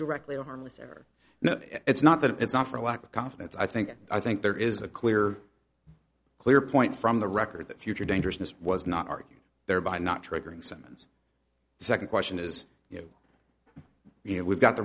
directly or harmless error no it's not that it's not for lack of confidence i think i think there is a clear clear point from the record that future dangerousness was not argue thereby not triggering someone's second question is you know you know we've got the